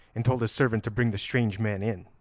and told his servant to bring the strange man in.